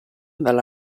dalla